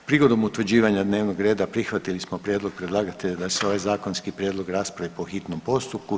Prigodom utvrđivanja dnevnog reda prihvatili smo prijedlog predlagatelja da se ovaj zakonski prijedlog raspravi po hitnom postupku.